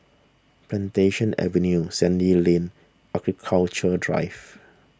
Plantation Avenue Sandy Lane and Architecture Drive